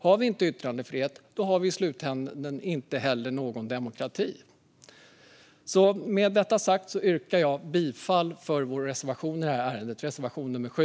Har vi inte yttrandefrihet har vi i slutändan inte heller någon demokrati. Med detta sagt yrkar jag bifall till vår reservation i det här ärendet, reservation nummer 7.